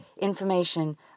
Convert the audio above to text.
information